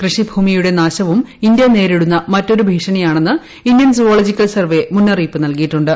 കൃഷിഭൂമിയുടെ നാശവും ഇന്ത്യ നേരിടുന്ന മറ്റൊരു ഭീഷണിയാണെന്ന് ഇന്ത്യൻ സുവോളജിക്കൽ സർവേ മുന്നറിയിപ്പ് നൽകിയിട്ടുണ്ട്